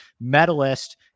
medalist